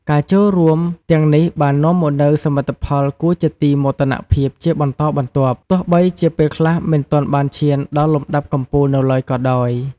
ការចូលរួមទាំងនេះបាននាំមកនូវសមិទ្ធផលគួរជាទីមោទនភាពជាបន្តបន្ទាប់ ទោះបីជាពេលខ្លះមិនទាន់បានឈានដល់លំដាប់កំពូលនៅឡើយក៏ដោយ។